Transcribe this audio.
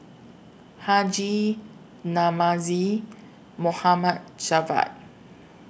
Haji Namazie Javad